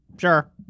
Sure